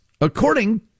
according